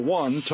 one